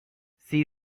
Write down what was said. sea